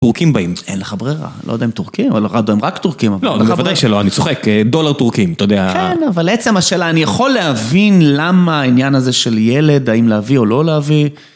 טורקים באים. אין לך ברירה, לא יודע אם טורקים או לא יודע אם רק טורקים, אבל אין לך ברירה. לא, בוודאי שלא, אני צוחק, דולר טורקי, אתה יודע. כן, אבל עצם השאלה, אני יכול להבין למה העניין הזה של ילד, האם להביא או לא להביא.